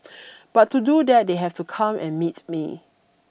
but to do that they have to come and meets me